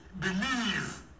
believe